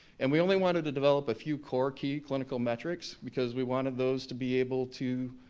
and we only wanted to develop a few core key clinical metrics because we wanted those to be able to